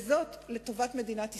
וזאת לטובת מדינת ישראל?